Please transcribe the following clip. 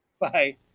Bye